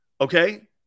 okay